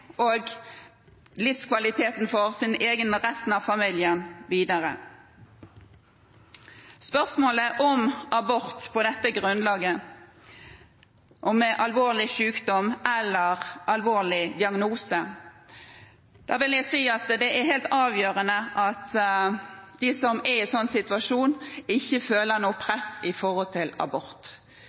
og framtidig livskvalitet for seg selv og resten av familien. Om spørsmålet om abort på dette grunnlaget – alvorlig sykdom eller alvorlig diagnose – vil jeg si at det er helt avgjørende at de som er i en sånn situasjon, ikke føler noe press med hensyn til abort,